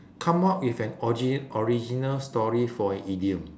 come up with an ogi~ original story for an idiom